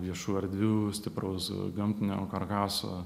viešų erdvių stipraus gamtinio karkaso